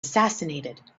assassinated